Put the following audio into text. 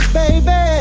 baby